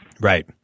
Right